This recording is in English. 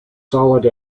solid